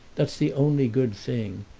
that's the only good thing.